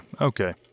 okay